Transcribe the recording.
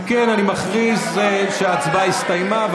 נפתלי בנט, נגד אם כן, אני מכריז שההצבעה הסתיימה.